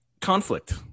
conflict